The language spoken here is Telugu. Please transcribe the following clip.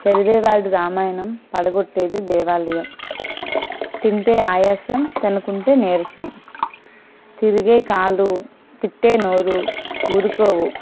చది వాడు రామాయణం పడగొట్టేది దేవాలయం తింటే ఆయాసం తినకుంటే నీరసం తిరిగే కాళ్ళు తిట్టే నోరు ఊరుకోవు